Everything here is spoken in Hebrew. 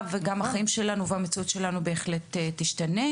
וגם החיים שלנו והמציאות שלנו בהחלט ישתנו.